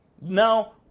Now